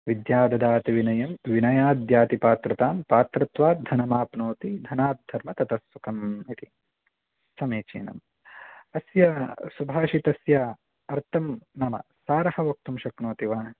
विद्या ददाति विनयं विनयाद्याति पात्रतां पात्रत्वाद्धनमाप्नोति धनाद्धर्म ततस्सुखम् इति समीचीनम् अस्य सुभाषितस्य अर्थं नाम सारः वक्तुं शक्नोति वा